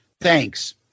Thanks